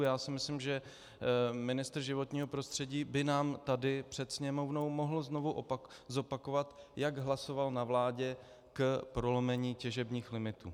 Já si myslím, že ministr životního prostředí by nám tady před Sněmovnou mohl znovu zopakovat, jak hlasoval na vládě k prolomení těžebních limitů.